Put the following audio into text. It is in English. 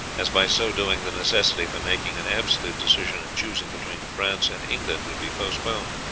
as by so doing the necessity for making an absolute decision and choosing between france and england would be postponed.